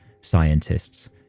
scientists